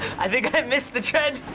i think i missed the trend.